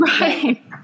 Right